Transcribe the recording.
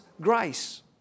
grace